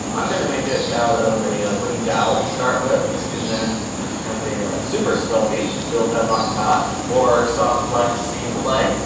um i'm going to make it out of a wooden dowel to start with. this can then have super sculpey built up on top, or soft plasticine clay.